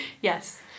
Yes